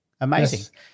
Amazing